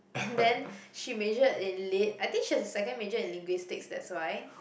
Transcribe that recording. and then she majored in lit I think she has a second major in linguistics that's why